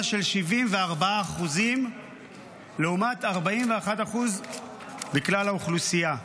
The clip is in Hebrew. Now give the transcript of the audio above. של 74% לעומת 41% בכלל האוכלוסייה,